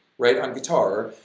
right. on guitar,